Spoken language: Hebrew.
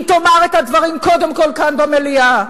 אם תאמר את הדברים קודם כול כאן במליאה,